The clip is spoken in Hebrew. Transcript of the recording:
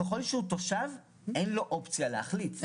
ככל שהוא תושב אין לו אופציה להחליט.